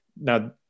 now